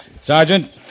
Sergeant